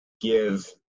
give